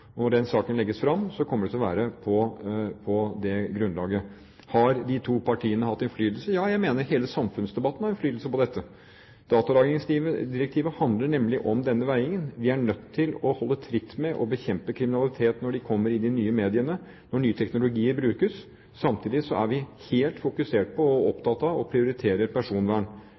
Når den saken legges fram, kommer det til å være på det grunnlaget. Har de to partiene hatt innflytelse? Ja, jeg mener hele samfunnsdebatten har innflytelse på dette. Datalagringsdirektivet handler nemlig om denne veiingen. Vi er nødt til å holde tritt med og bekjempe kriminalitet når den kommer i de nye mediene, når nye teknologier brukes. Samtidig er vi fokusert på og opptatt av å prioritere personvern.